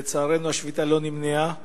ולצערנו השביתה לא נמנעה.